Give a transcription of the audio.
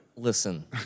Listen